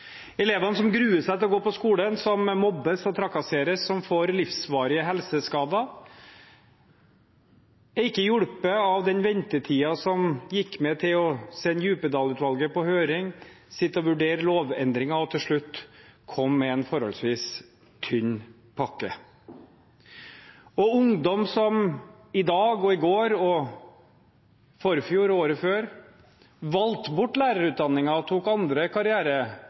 Elevene som gruer seg til å gå på skolen, som mobbes og trakasseres, som får livsvarige helseskader, er ikke hjulpet av den ventetiden som gikk med til å sende Djupedal-utvalgets utredning på høring, sitte og vurdere lovendringer og til slutt komme med en forholdsvis tynn pakke. Ungdom som i dag, i går, i forfjor og året før valgte bort lærerutdanningen og tok andre